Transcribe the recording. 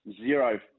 zero